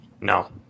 No